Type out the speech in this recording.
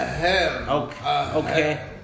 Okay